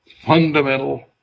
fundamental